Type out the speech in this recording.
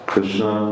Krishna